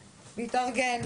להתארגן,